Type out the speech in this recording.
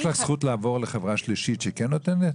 יש לך זכות לעבור לחברה שלישית שכן נותנת?